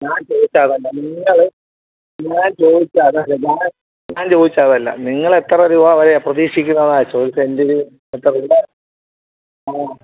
ഞാൻ ചോദിച്ചത് അതല്ല നിങ്ങൾ ഞാൻ ചോദിച്ചത് അതല്ല ഞാൻ ഞാൻ ചോദിച്ചത് അതല്ല നിങ്ങൾ എത്ര രൂപ വരെ പ്രതീക്ഷിക്കുന്നേന്നാ ചോദിച്ചത് സെന്റിന് എത്ര രൂപ വരെ